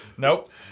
Nope